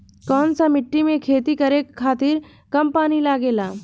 कौन सा मिट्टी में खेती करे खातिर कम पानी लागेला?